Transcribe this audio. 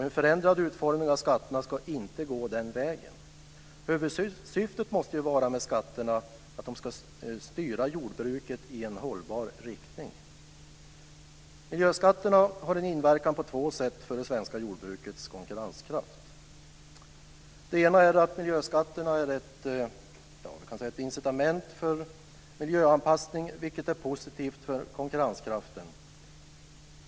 En förändrad utformning av skatterna ska inte gå den vägen. Huvudsyftet med skatterna måste vara att de ska styra jordbruket i en hållbar riktning. Miljöskatterna har en inverkan på två sätt för det svenska jordbrukets konkurrenskraft. Det ena är att miljöskatterna är ett incitament för miljöanpassning, vilket är positivt för konkurrenskraften.